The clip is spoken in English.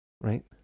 right